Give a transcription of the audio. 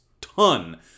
ton